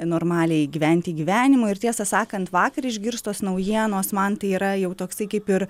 normaliai gyventi gyvenimo ir tiesą sakant vakar išgirstos naujienos man tai yra jau toksai kaip ir